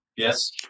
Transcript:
Yes